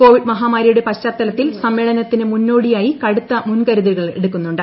Covid മഹാമാരിയുടെ പശ്ചാത്തലത്തിൽ സമ്മേളനത്തിന് മുന്നോടിയായി കടുത്ത മുൻകരുതലുകളെടുക്കുന്നുണ്ട്